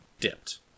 dipped